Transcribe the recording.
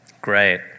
Great